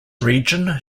region